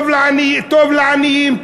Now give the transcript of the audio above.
טוב לעניים,